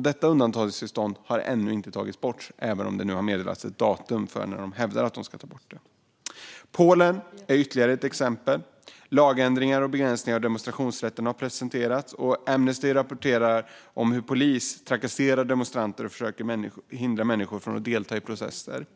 Detta undantagstillstånd har ännu inte tagits bort, även om det nu har meddelats ett datum för när man hävdar att man ska ta bort det. Polen är ytterligare ett exempel. Lagändringar och begränsningar av demonstrationsrätten har presenterats, och Amnesty rapporterar om hur polis trakasserar demonstranter och försöker att hindra människor från att delta i protester.